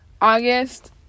august